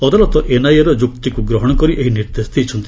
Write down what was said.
ଅଦାଲତ ଏନ୍ଆଇଏର ଯୁକ୍ତିକ୍ ଗ୍ରହଣ କରି ଏହି ନିର୍ଦ୍ଦେଶ ଦେଇଛନ୍ତି